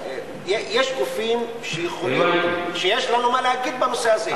יש גופים שיכולים, יש לנו מה להגיד בנושא הזה.